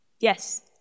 Yes